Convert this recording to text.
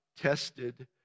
tested